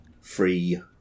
free